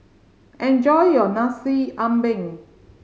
enjoy your Nasi Ambeng